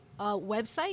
website